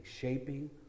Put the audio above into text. shaping